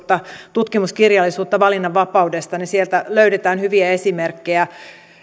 tutkimuskirjallisuutta valinnanvapaudesta niin sieltä löydetään hyviä esimerkkejä